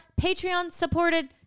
Patreon-supported